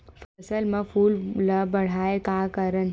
फसल म फूल ल बढ़ाय का करन?